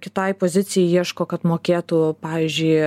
kitai pozicijai ieško kad mokėtų pavyzdžiui